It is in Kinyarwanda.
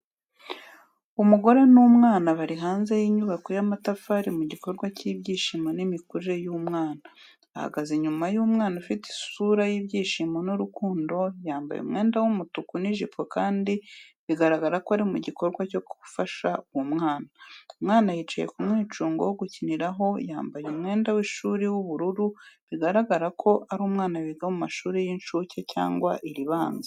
Umugore n’umwana bari hanze y’inyubako y’amatafari mu gikorwa cy’ibyishimo n’imikurire y’umwana. Ahagaze inyuma y’umwana afite isura y’ibyishimo n’urukundo, yambaye umwenda w'umutuku n'ijipo kandi biragaragara ko ari mu gikorwa cyo gufasha uwo mwana. Umwana yicaye ku mwicungo wo gukiniraho yambaye umwenda w’ishuri w’ubururu, bigashoboka ko ari umwana wiga mu ishuri ry’inshuke cyangwa iribanza.